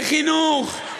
לחינוך,